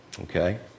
Okay